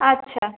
আচ্ছা